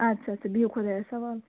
اَدٕ سا اَدٕ سا بِہِو خۄدایس حَوال